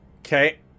Okay